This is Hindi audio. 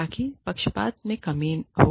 ताकि पक्षपात में कमी न हो